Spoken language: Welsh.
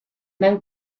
mewn